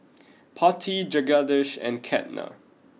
Potti Jagadish and Ketna